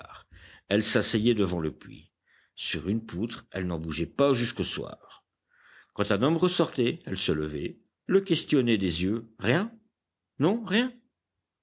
elle s'asseyait devant le puits sur une poutre elle n'en bougeait pas jusqu'au soir quand un homme ressortait elle se levait le questionnait des yeux rien non rien